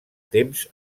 temps